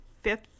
fifth